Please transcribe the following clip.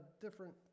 different